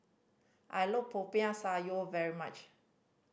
I look Popiah Sayur very much